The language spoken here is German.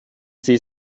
sie